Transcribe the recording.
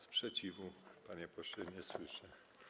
Sprzeciwu, panie pośle, nie słyszę.